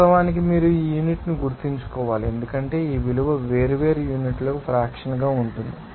వాస్తవానికి మీరు ఈ యూనిట్ను గుర్తుంచుకోవాలి ఎందుకంటే ఈ విలువ వేర్వేరు యూనిట్లకు ఫ్రాక్షన్ గా ఉంటుంది